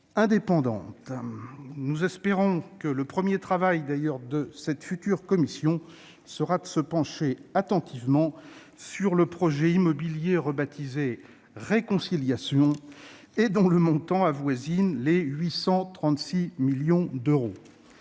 Nous espérons que le premier axe de travail de la future commission sera d'examiner attentivement le projet immobilier baptisé « Réconciliation », dont le montant avoisine les 836 millions d'euros.